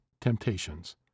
temptations